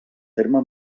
terme